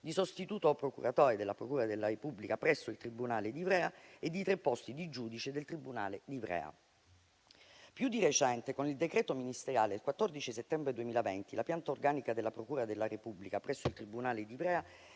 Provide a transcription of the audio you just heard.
di sostituto procuratore della procura della Repubblica presso il tribunale di Ivrea e di tre posti di giudice del tribunale di Ivrea. Più di recente, con il decreto ministeriale del 14 settembre 2020, la pianta organica della procura della Repubblica presso il tribunale di Ivrea